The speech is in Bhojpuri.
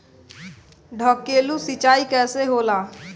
ढकेलु सिंचाई कैसे होला?